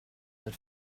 that